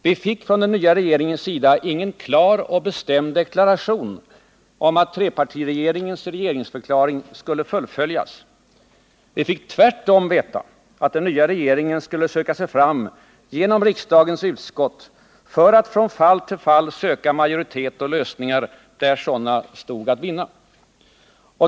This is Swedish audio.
Vi fick från den nya regeringens sida ingen klar och bestämd deklaration om att trepartiregeringens regeringsförklaring skulle fullföljas. Vi fick tvärtom veta att den nya regeringen skulle söka sig fram genom riksdagens utskott för att från fall till fall söka majoritet och lösningar, där sådana stod att vinna.